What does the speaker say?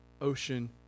ocean